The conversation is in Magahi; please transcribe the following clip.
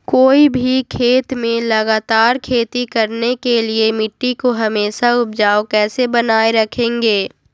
कोई भी खेत में लगातार खेती करने के लिए मिट्टी को हमेसा उपजाऊ कैसे बनाय रखेंगे?